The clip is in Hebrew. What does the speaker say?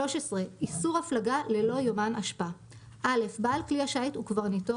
איסור הפלגה ללא יומן אשפה 13. (א) בעל כלי השיט וקברניטו